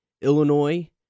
Illinois